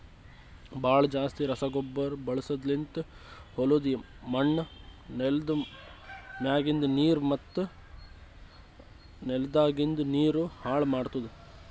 ಭಾಳ್ ಜಾಸ್ತಿ ರಸಗೊಬ್ಬರ ಬಳಸದ್ಲಿಂತ್ ಹೊಲುದ್ ಮಣ್ಣ್, ನೆಲ್ದ ಮ್ಯಾಗಿಂದ್ ನೀರು ಮತ್ತ ನೆಲದಾಗಿಂದ್ ನೀರು ಹಾಳ್ ಮಾಡ್ತುದ್